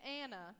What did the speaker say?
Anna